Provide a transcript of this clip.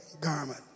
garment